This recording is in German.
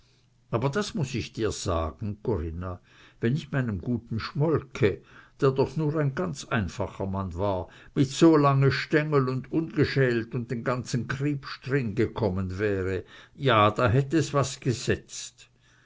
aber das muß ich dir sagen corinna wenn ich meinem guten schmolke der doch nur ein einfacher mann war mit so lange stengel un ungeschält un den ganzen kriepsch drin gekommen wär ja da hätt es was